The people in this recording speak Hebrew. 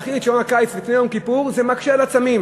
להחיל את שעון הקיץ לפני יום כיפור זה מקשה על הצמים.